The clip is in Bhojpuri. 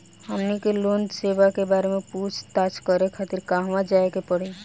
हमनी के लोन सेबा के बारे में पूछताछ करे खातिर कहवा जाए के पड़ी?